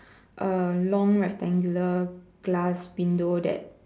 A long rectangular glass window that